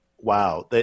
wow